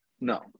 no